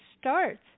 starts